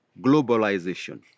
globalization